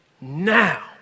Now